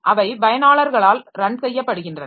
அவை பயனாளர்களால் ரன் செய்யப்படுகின்றன